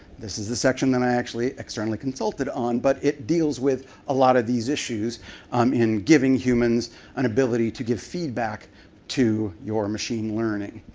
this is the section that i actually externally consulted on, but it deals with a lot of these issues um in giving humans an ability to give feedback to your machine learning.